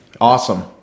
awesome